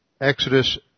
Exodus